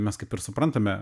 mes kaip ir suprantame